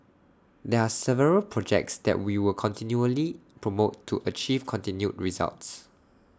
there are several projects that we will continually promote to achieve continued results